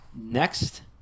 Next